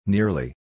Nearly